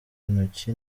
intoki